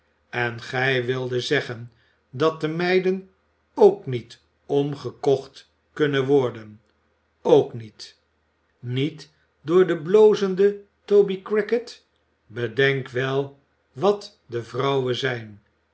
en gij wildet zeggen dat de meiden ook niet omgekocht kunnen worden ook niet niet door den blozenden toby crackit bedenk wel wat de vrouwen zijn